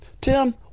Tim